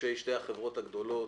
ראשי שתי החברות הגדולות.